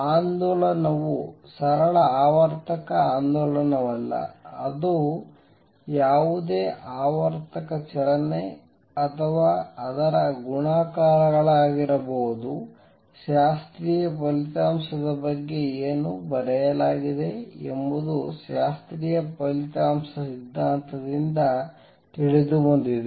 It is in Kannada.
ಆಂದೋಲನವು ಸರಳ ಆವರ್ತಕ ಆಂದೋಲನವಲ್ಲ ಅದು ಯಾವುದೇ ಆವರ್ತಕ ಚಲನೆ ಅಥವಾ ಅದರ ಗುಣಾಕಾರಗಳಾಗಿರಬಹುದು ಶಾಸ್ತ್ರೀಯ ಫಲಿತಾಂಶದ ಬಗ್ಗೆ ಏನು ಬರೆಯಲಾಗಿದೆ ಎಂಬುದು ಶಾಸ್ತ್ರೀಯ ಫಲಿತಾಂಶ ಸಿದ್ಧಾಂತದಿಂದ ತಿಳಿದುಬಂದಿದೆ